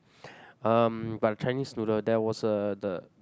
um but the Chinese noodle there was a the